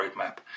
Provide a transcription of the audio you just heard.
roadmap